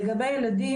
לגבי ילדים,